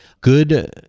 good